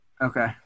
Okay